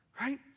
Right